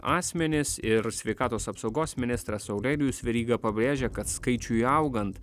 asmenys ir sveikatos apsaugos ministras aurelijus veryga pabrėžia kad skaičiui augant